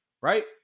Right